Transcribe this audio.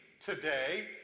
today